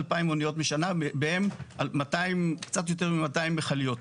בהם קצת יותר מ-200 מכליות,